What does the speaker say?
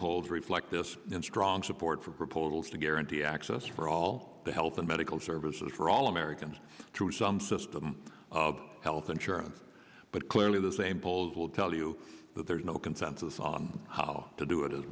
polls reflect this strong support for proposals to guarantee access for all the health and medical services for all americans through some system of health insurance but clearly the same poll will tell you that there is no consensus on how to do it as